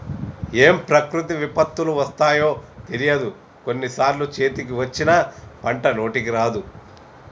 ఏం ప్రకృతి విపత్తులు వస్తాయో తెలియదు, కొన్ని సార్లు చేతికి వచ్చిన పంట నోటికి రాదు